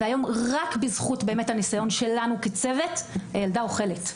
והיום - רק בזכות הניסיון שלנו כצוות הילדה אוכלת.